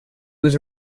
was